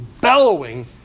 bellowing